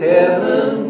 Heaven